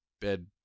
bed